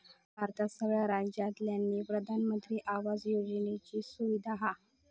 भारतात सगळ्या राज्यांतल्यानी प्रधानमंत्री आवास योजनेची सुविधा हा